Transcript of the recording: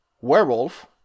werewolf